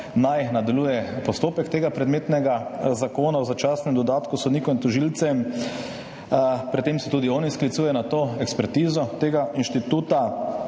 naj nadaljuje postopek predmetnega zakona o začasnem dodatku sodnikom in tožilcem. Pri tem se tudi oni sklicujejo na to ekspertizo tega instituta,